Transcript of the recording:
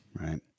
right